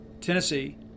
tennessee